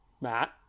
Matt